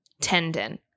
Tendon